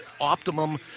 optimum